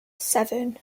seven